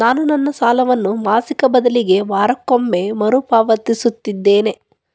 ನಾನು ನನ್ನ ಸಾಲವನ್ನು ಮಾಸಿಕ ಬದಲಿಗೆ ವಾರಕ್ಕೊಮ್ಮೆ ಮರುಪಾವತಿಸುತ್ತಿದ್ದೇನೆ